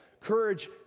Courage